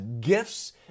gifts